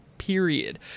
period